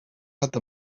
out